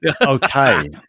okay